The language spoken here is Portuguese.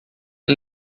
ela